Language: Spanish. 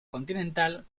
continental